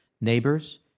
neighbors